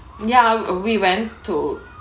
ya uh we went to